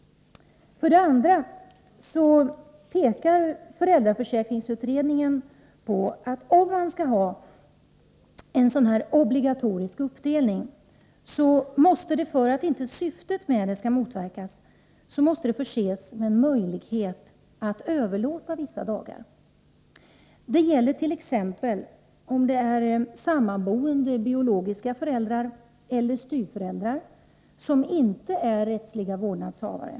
För det andra: Föräldraförsäkringsutredningen pekar på att om man skall ha en sådan här obligatorisk uppdelning, måste det, om inte syftet skall motverkas, finnas en möjlighet att överlåta vissa dagar. Det gäller t.ex. om det är fråga om sammanboende biologiska föräldrar eller styvföräldrar som inte är rättsliga vårdnadshavare.